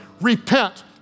Repent